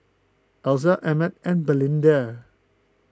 Elza Emett and Belinda